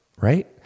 Right